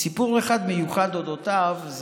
סיפור אחד מיוחד על אודותיו: